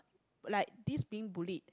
like this being bullied